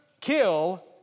kill